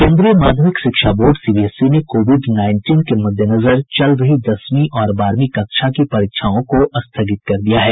केन्द्रीय माध्यमिक शिक्षा बोर्ड सीबीएसई ने कोविड नाईनटीन के मद्देनजर चल रही दसवीं और बारहवीं कक्षा की परीक्षाओं को स्थगित कर दिया है